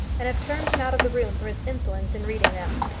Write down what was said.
and have turned him out of the room for his insolence in reading them.